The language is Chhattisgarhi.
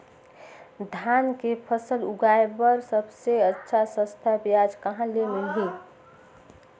धान के फसल उगाई बार सबले अच्छा सस्ता ब्याज कहा ले मिलही?